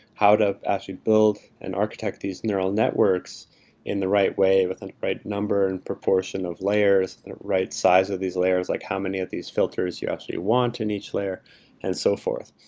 how to actually build and architect these neural networks in the right way with the right number and proportion of layers, the right size of these layers. like how many of these filters you actually want in each layer and so forth.